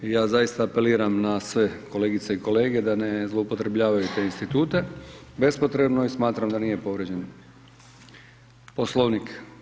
I ja zaista apeliram na sve kolegice i kolege da ne zloupotrebljavaju te institute bespotrebno i smatram da nije povrijeđen Poslovnik.